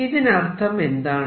ഇതിനർത്ഥം എന്താണ്